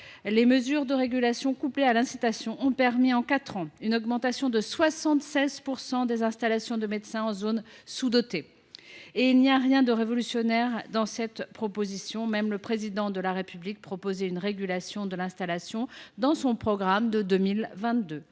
les mesures de régulation, couplées à l’incitation, ont permis en quatre ans une augmentation de 76 % des installations de médecins dans les zones sous dotées. J’ajoute qu’il n’y a rien de révolutionnaire dans cette proposition, puisque le Président de la République lui même proposait une régulation de l’installation dans son programme électoral